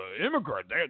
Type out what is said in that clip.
immigrant